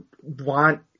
want